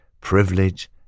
privilege